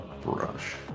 brush